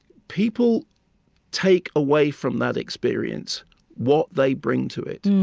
people take away from that experience what they bring to it.